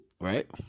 right